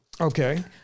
Okay